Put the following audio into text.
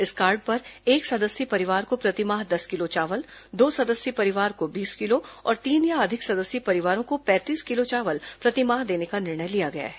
इस कार्ड पर एक सदस्यीय परिवार को प्रतिमाह दस किलो चावल दो सदस्यीय परिवार को बीस किलो और तीन या अधिक सदस्यीय परिवारों को पैंतीस किलो चावल प्रतिमाह देने का निर्णय लिया गया है